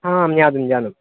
आं ज्ञातं ज्ञातं